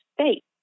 state